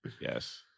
Yes